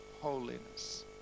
holiness